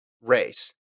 race